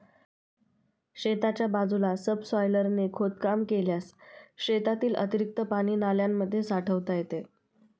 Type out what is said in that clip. शेताच्या बाजूला सबसॉयलरने खोदकाम केल्यास शेतातील अतिरिक्त पाणी नाल्यांमध्ये साठवता येते